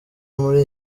muri